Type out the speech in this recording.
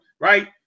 right